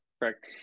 correct